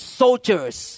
soldiers